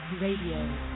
Radio